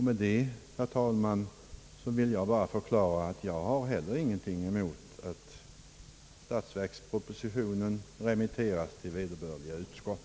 Med detta, herr talman, vill jag bara förklara att inte heller jag har någonting emot att statsverkspropositionen remitteras till vederbörliga utskott.